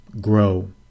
grow